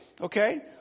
okay